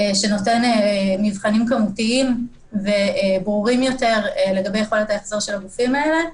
שנותן מבחנים כמותיים וברורים יותר לגבי יכולת ההחזר של הגופים האלה,